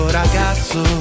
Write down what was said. ragazzo